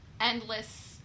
endless